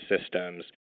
systems